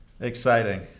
Exciting